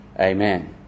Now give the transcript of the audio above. amen